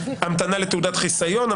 המתנה לתעודת חיסיון,